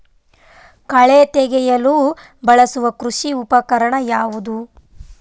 ಕಳೆ ತೆಗೆಯಲು ಬಳಸುವ ಕೃಷಿ ಉಪಕರಣ ಯಾವುದು?